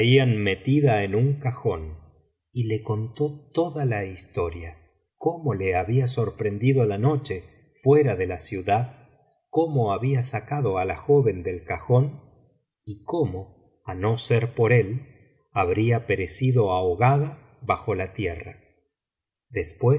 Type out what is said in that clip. metida en un cajón y le contó toda la historia cómo le había sorprendido la noche fuera de ía ciudad cómo había sacado á la joven del cajón y cómo á no ser por él habría perecido ahogada bajo la tierra después